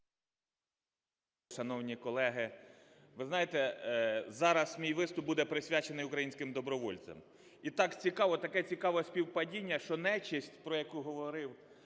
Дякую.